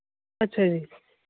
ਅੱਛਾ ਜੀ